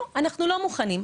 אנחנו לא מוכנים.